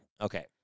Okay